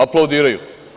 Aplaudiraju.